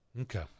Okay